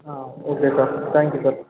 ఆ okay sir thank you sir